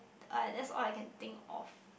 alright that's all I can think of